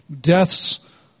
death's